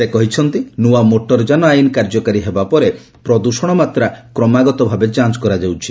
ସେ କହିଛନ୍ତି ନୂଆ ମୋଟରଯାନ ଆଇନ କାର୍ଯ୍ୟକାରୀ ହେବା ପରେ ପ୍ରଦୃଷଣ ମାତ୍ରା କ୍ରମାଗତ ଭାବେ ଯାଞ୍ କରାଯାଉଛି